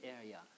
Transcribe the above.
area